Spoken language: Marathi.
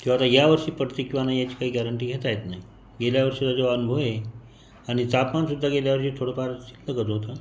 तो आता यावर्षी पडतेय किंवा नाही याची काही गॅरेंटी घेता येत नाही गेल्या वर्षीचा जो अनुभव आहे आणि तापमानसुद्धा गेल्या वर्षी थोडंफार शिस्तबद्ध होतं